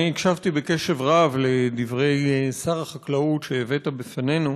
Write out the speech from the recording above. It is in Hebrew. אני הקשבתי בקשב רב לדברי שר החקלאות שהבאת בפנינו,